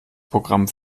programm